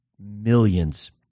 millions